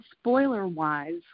spoiler-wise